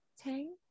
tang